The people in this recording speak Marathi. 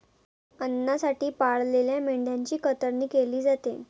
अन्नासाठी पाळलेल्या मेंढ्यांची कतरणी केली जाते